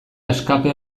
escape